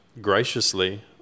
graciously